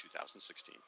2016